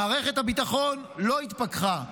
מערכת הביטחון לא התפכחה.